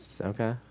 Okay